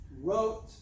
wrote